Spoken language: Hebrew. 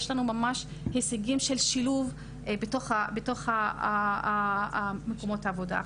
יש לנו ממש הישגים של שילוב בתוך מקומות העבודה.